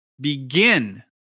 begin